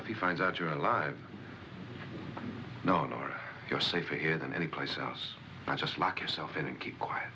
what he finds out you're alive no no you're safer here than anyplace else i just lock yourself in and keep quiet